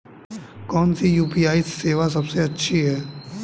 कौन सी यू.पी.आई सेवा सबसे अच्छी है?